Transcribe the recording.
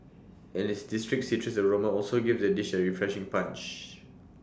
and its distinct citrus aroma also gives the dish A refreshing punch